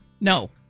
No